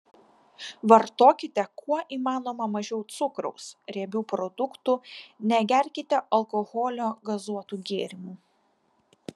vartokite kuo įmanoma mažiau cukraus riebių produktų negerkite alkoholio gazuotų gėrimų